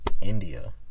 India